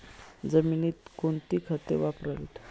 जमिनीत कोणती खते वापरावीत?